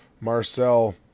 Marcel